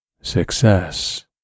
success